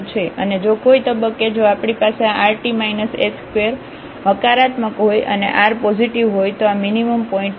અને જો કોઈ તબક્કે જો આપણી પાસે આ rt s2 હકારાત્મક હોય અને r પોઝિટિવ હોય તો આ મીનીમમપોઇન્ટ છે